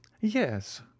Yes